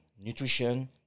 nutrition